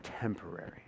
temporary